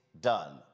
done